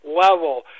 level